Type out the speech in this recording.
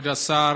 כבוד השר,